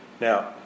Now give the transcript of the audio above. Now